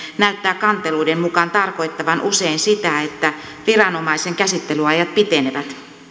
näyttää kanteluiden mukaan tarkoittavan usein sitä että viranomaisen käsittelyajat pitenevät